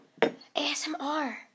ASMR